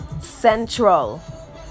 central